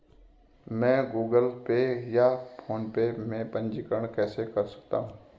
मैं Google Pay या PhonePe में पंजीकरण कैसे कर सकता हूँ?